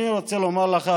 אני רוצה לומר לך,